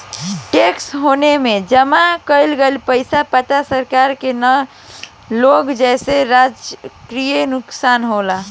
tax haven में जमा कइल पइसा के पता सरकार के ना लागे जेसे राजस्व के नुकसान होला